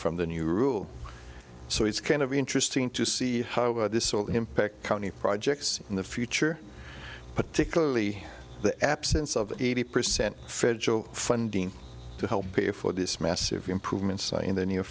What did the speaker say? from the new rule so it's kind of interesting to see how about this all impact county projects in the future particularly the absence of eighty percent federal funding to help pay for this massive improvements in the near